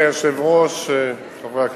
אדוני היושב-ראש, חברי הכנסת,